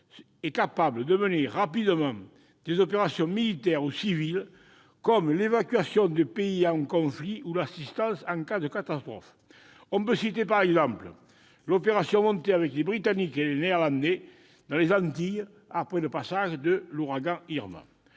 est capable de mener rapidement des opérations militaires ou civiles, comme l'évacuation de pays en conflit ou l'assistance en cas de catastrophe. On peut citer, par exemple, l'opération montée avec les Britanniques et les Néerlandais dans les Antilles après le passage de l'ouragan Irma.